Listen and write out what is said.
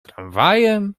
tramwajem